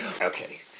Okay